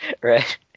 Right